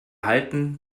halten